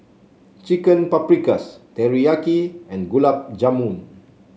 Chicken Paprikas Teriyaki and Gulab Jamun